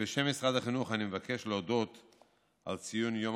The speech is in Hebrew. בשם משרד החינוך אני מבקש להודות על ציון יום